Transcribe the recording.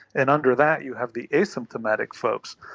and under that you have the asymptomatic folks.